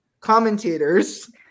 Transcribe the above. commentators